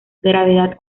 gravedad